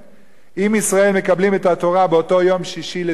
אם ישראל מקבלים את התורה באותו יום שישי לסיוון,